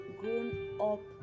grown-up